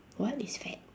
what is fad